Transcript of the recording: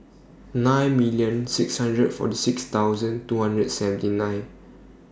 nine million six hundred forty six thousand two hundred and seventy nine